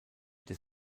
des